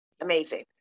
amazing